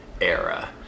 era